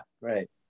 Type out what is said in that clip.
right